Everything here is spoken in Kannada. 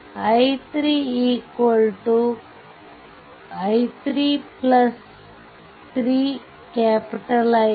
i3 3I i2